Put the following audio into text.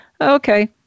okay